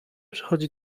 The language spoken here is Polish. przychodzi